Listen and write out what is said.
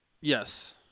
Yes